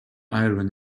iron